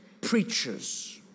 preachers